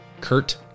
Kurt